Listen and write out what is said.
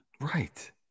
Right